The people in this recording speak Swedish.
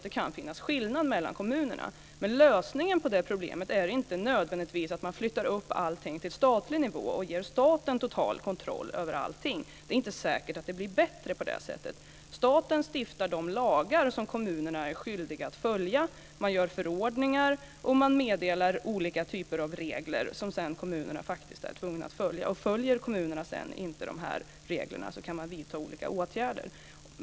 Det kan finnas skillnader mellan kommunerna. Men lösningen på det problemet är inte nödvändigtvis att man flyttar upp allting till statlig nivå och ger staten total kontroll över allting. Det är inte säkert att det blir bättre på det sättet. Staten stiftar de lagar som kommunerna är skyldiga att följa. Man gör förordningar och man meddelar olika typer av regler som kommunerna faktiskt är tvungna att följa. Följer kommunerna inte de reglerna kan man vidta olika åtgärder.